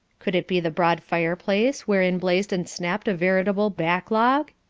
could it be the broad fireplace, wherein blazed and snapped a veritable back-log?